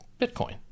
Bitcoin